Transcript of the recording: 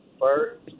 first